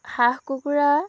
হাঁহ কুকুৰা